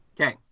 Okay